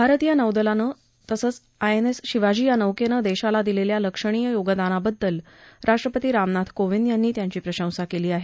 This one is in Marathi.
भारतीय नौदलानं तसंच आयएनएस शिवाजी या नौकेनं देशाला दिलेल्या लक्षणीय योगदानाबद्दल राष्ट्रपती रामनाथ कोविद यांनी त्यांची प्रशंसा केली आहे